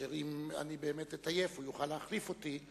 שאם באמת אתעייף, הוא יוכל להחליף אותי.